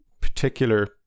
particular